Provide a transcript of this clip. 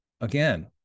Again